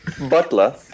Butler